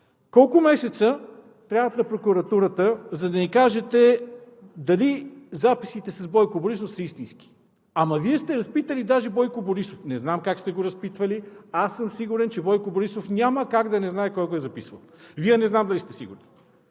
Колко месеца трябват на прокуратурата, за да ни кажете дали записите с Бойко Борисов са истински? Ама Вие сте разпитали даже Бойко Борисов!? Не знам как сте го разпитвали, аз съм сигурен, че Бойко Борисов няма как да не знае кой го е записвал. Вие не знам дали сте сигурни.